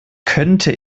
könnte